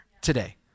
today